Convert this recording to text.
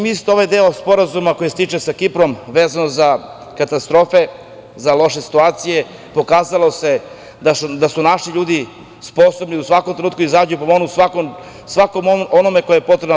Ovaj deo Sporazuma koji se tiče sa Kiprom vezano za katastrofe, za loše situacije, pokazalo se da su naši ljudi sposobni da u svakom trenutku izađu i pomognu svakome kome je pomoć potrebna.